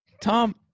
Tom